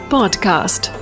Podcast